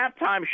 halftime